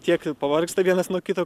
tiek pavargsta vienas nuo kito